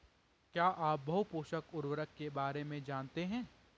क्या आप बहुपोषक उर्वरक के बारे में जानते हैं?